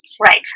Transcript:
Right